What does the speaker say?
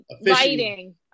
lighting